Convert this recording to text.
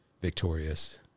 victorious